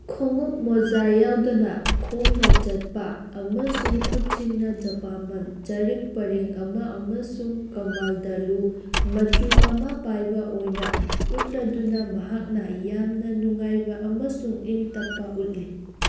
ꯈꯣꯡꯎꯞ ꯃꯣꯖꯥ ꯌꯥꯎꯗꯅ ꯈꯣꯡꯅ ꯆꯠꯄ ꯑꯃꯁꯨꯡ ꯈꯨꯠꯁꯤꯡꯅ ꯖꯄꯥꯃꯜ ꯆꯔꯤꯛ ꯄꯔꯦꯡ ꯑꯃ ꯑꯃꯁꯨꯡ ꯀꯃꯥꯜꯗꯂꯨ ꯃꯆꯨ ꯑꯃ ꯄꯥꯏꯕ ꯑꯣꯏꯅ ꯎꯠꯂꯗꯨꯅ ꯃꯍꯥꯛꯅ ꯌꯥꯝꯅ ꯅꯨꯡꯉꯥꯏꯕ ꯑꯃꯁꯨꯡ ꯏꯪ ꯇꯞꯄ ꯎꯠꯂꯤ